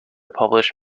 publish